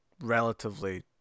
relatively